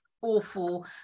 awful